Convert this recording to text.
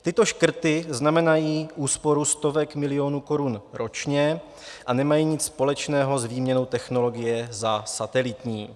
Tyto škrty znamenají úsporu stovek milionů korun ročně a nemají nic společného s výměnou technologie za satelitní.